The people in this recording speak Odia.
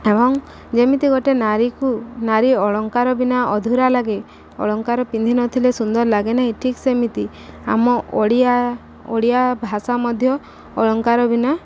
ଏବଂ ଯେମିତି ଗୋଟେ ନାରୀକୁ ନାରୀ ଅଳଙ୍କାର ବିନା ଅଧୁରା ଲାଗେ ଅଳଙ୍କାର ପିନ୍ଧିନଥିଲେ ସୁନ୍ଦର ଲାଗେ ନାହିଁ ଠିକ୍ ସେମିତି ଆମ ଓଡ଼ିଆ ଓଡ଼ିଆ ଭାଷା ମଧ୍ୟ ଅଳଙ୍କାର ବିନା